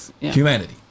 humanity